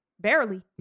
Barely